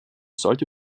sollte